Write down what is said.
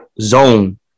zone